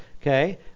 Okay